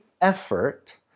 effort